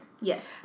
Yes